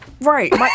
Right